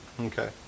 Okay